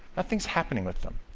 nothing's happening with them.